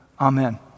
Amen